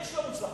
ויש לא מוצלחות,